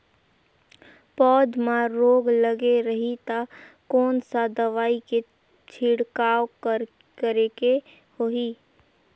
पौध मां रोग लगे रही ता कोन सा दवाई के छिड़काव करेके होही?